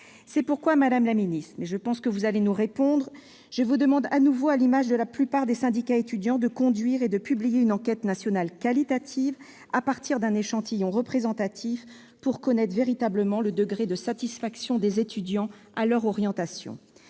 C'est pourquoi, madame la ministre, je vous demande de nouveau, à l'image de la plupart des syndicats étudiants, de conduire et de publier une enquête nationale qualitative, à partir d'un échantillon représentatif, pour connaître véritablement le degré de satisfaction des étudiants quant à leur orientation.